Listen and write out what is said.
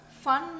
fun